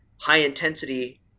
high-intensity